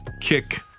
kick